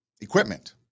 equipment